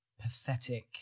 pathetic